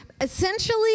essentially—